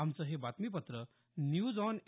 आमचं हे बातमीपत्र न्यूज ऑन ए